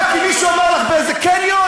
מה, כי מישהו אמר לך באיזה קניון?